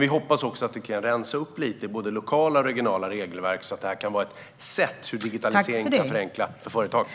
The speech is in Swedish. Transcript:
Vi hoppas också kunna rensa upp lite i både lokala och regionala regelverk så att detta kan vara ett sätt att genom digitalisering förenkla för företagen.